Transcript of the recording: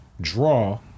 draw